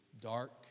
dark